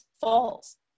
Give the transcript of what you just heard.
falls